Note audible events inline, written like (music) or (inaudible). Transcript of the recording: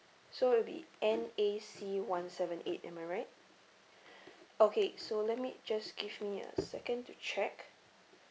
so it'll be N A C one seven eight am I right (breath) okay so let me just give me a (noise) second to check